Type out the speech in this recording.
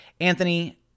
Anthony